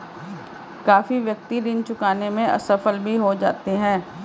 काफी व्यक्ति ऋण चुकाने में असफल भी हो जाते हैं